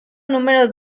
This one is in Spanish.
número